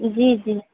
जी जी